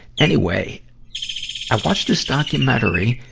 anyway, i watched this documentary,